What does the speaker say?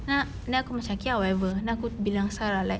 then ah then aku macam okay ah whatever then aku bilang sarah like